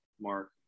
mark